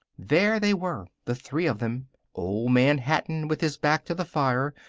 there they were, the three of them old man hatton with his back to the fire,